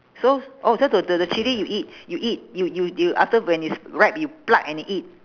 so oh so the the the chilli you eat you eat you you you after when it's ripe you pluck and you eat